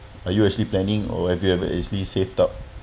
are you actually planning or have you ever actually saved up